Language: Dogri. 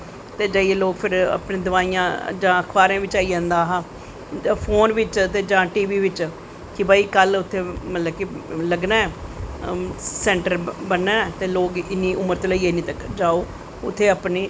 ते जाईयै फिर लोग अपनी दवाईयां जां अखवारें बिच्च आई जंदा हा फन बिच्च ते जां टी बी बिच्च कि कल भाई उत्थें लग्गनां ऐ सैंटर बनना ऐ ते लोग इन्नी उमर तो लेईयै इन्नी तक जाओ उत्थें अपनी